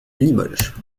limoges